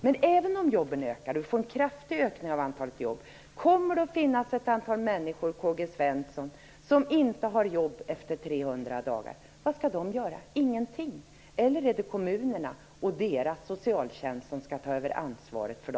Men även om vi får en kraftig ökning av antalet jobb, kommer det att finnas ett antal människor, K-G